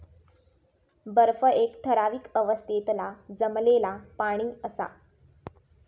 बर्फ एक ठरावीक अवस्थेतला जमलेला पाणि असा